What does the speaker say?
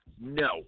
no